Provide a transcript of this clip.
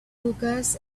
hookahs